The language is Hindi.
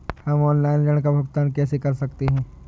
हम ऑनलाइन ऋण का भुगतान कैसे कर सकते हैं?